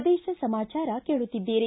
ಪ್ರದೇಶ ಸಮಾಚಾರ ಕೇಳುತ್ತಿದ್ದೀರಿ